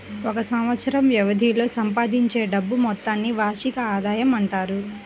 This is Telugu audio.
ఒక సంవత్సరం వ్యవధిలో సంపాదించే డబ్బు మొత్తాన్ని వార్షిక ఆదాయం అంటారు